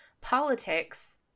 politics